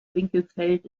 winkelfeld